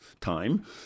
time